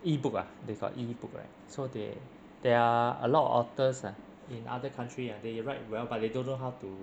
e-book ah they got e-book right so they there are a lot of authors ah in other country ah they write well but they don't know how to